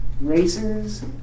races